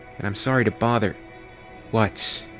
and i'm sorry to bother what?